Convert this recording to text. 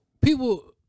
people